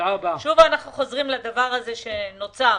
שוב אנחנו חוזרים לדבר הזה שנוצר.